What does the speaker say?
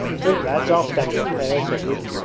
drink, lads! i'll stand you a pail said luke.